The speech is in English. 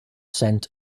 scent